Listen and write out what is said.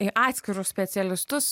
į atskirus specialistus